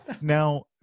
Now